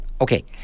Okay